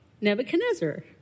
Nebuchadnezzar